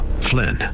Flynn